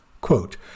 Quote